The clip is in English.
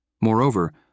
Moreover